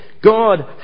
God